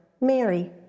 Mary